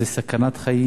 זה סכנת חיים,